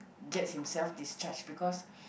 get himself discharge because